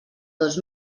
dos